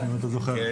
סימון.